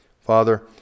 Father